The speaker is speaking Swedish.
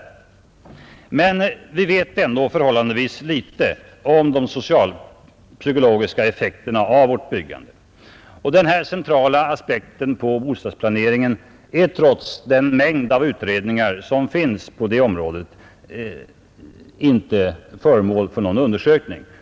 Men vi vet ändå förhållandevis litet om de socialpsykologiska effekterna av vårt byggande. Den centrala aspekten på bostadsplaneringen är trots den mängd av utredningar som finns på det området inte föremål för någon undersökning.